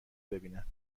ببینن